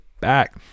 back